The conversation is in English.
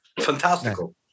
Fantastical